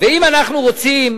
אם אנחנו רוצים